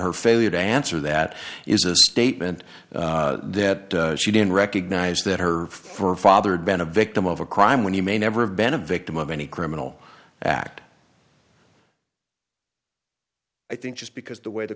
her failure to answer that is a statement that she didn't recognize that her for her father had been a victim of a crime when you may never have been a victim of any criminal act i think just because the way the